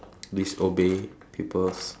disobey people's